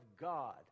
God